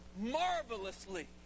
marvelously